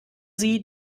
sie